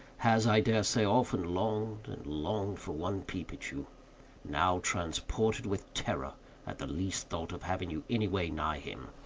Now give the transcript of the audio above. has, i dare say, often longed, and longed, for one peep at you now transported with terror at the least thought of having you anyway nigh him.